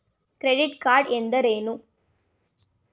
Credit card ಎಂದರೇನು?